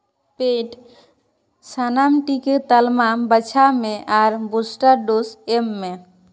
ᱯᱮᱹᱰ ᱥᱟᱱᱟᱢ ᱴᱤᱠᱟᱹ ᱛᱟᱞᱢᱟ ᱟᱢ ᱵᱟᱪᱷᱟᱣ ᱢᱮ ᱟᱨ ᱵᱳᱥᱴᱟᱨ ᱰᱳᱥ ᱮᱢ ᱢᱮ